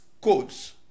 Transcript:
codes